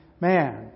man